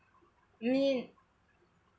I mean